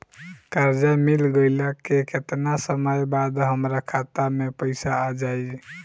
कर्जा मिल गईला के केतना समय बाद हमरा खाता मे पैसा आ जायी?